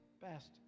best